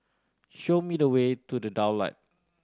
show me the way to The Daulat